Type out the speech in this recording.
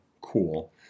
cool